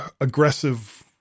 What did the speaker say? aggressive